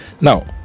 Now